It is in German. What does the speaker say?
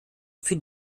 für